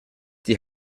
die